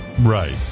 Right